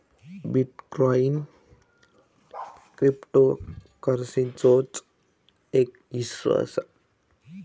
bitcoin क्रिप्टोकरंसीचोच एक हिस्सो असा